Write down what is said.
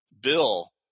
Bill